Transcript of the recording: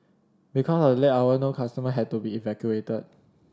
because of the late hour no customer had to be evacuated